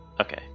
okay